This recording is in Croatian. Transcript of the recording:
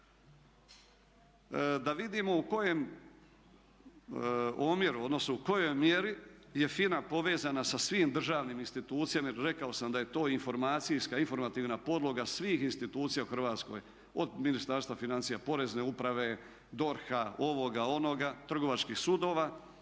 da vidimo u kojem omjeru, odnosno u kojoj mjeri je FINA povezana sa svim državnim institucijama. Jer rekao sam da je to informacijska, informativna podloga svih institucija u Hrvatskoj od Ministarstva financija, Porezne uprave, DORH-a, ovoga, onoga, trgovačkih sudova.